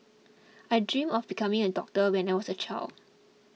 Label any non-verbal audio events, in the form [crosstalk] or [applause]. [noise] I dreamt of becoming a doctor when I was a child